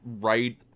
right